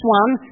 one